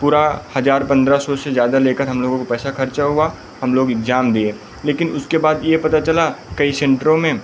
पूरा हज़ार पन्द्रह सौ से ज़्यादा लेकर हम लोगों को पैसा ख़र्चा हुआ हम लोग इग्जाम दिए लेकिन उसके बाद यह पता चला कई सेंटरों में